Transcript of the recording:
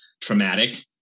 traumatic